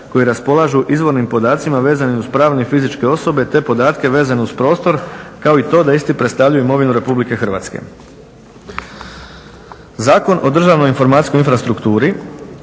koji raspolažu izvornim podacima vezanim uz pravne i fizičke osobe te podatke vezane uz prostor kao i to da isti predstavljaju imovinu RH. Zakon o državnoj informacijskoj infrastrukturi